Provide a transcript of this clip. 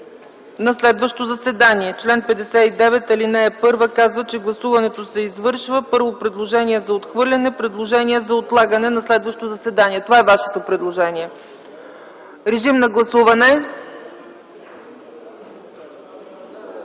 за следващо заседание. Член 59, ал. 1 казва, че гласуването се извършва: първо – предложение за отхвърляне, второ - предложение за отлагане за следващо заседание. Това е Вашето предложение. Режим на гласуване.